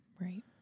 Right